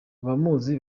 abamuzi